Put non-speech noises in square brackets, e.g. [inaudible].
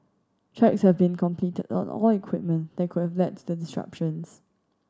checks have been completed on all equipment that could have led to the [unintelligible]